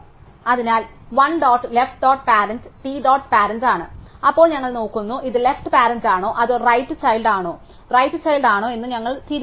അതിനാൽ t dot left dot parent t dot parent ആണ് അപ്പോൾ ഞങ്ങൾ നോക്കുന്നു ഇത് ലെഫ്റ് പാരന്റ് ആണോ അതോ ലെഫ്റ് ചൈൽഡ് ആണോ റൈറ് ചൈൽഡ് ആണോ എന്ന് ഞങ്ങൾ തീരുമാനിച്ചു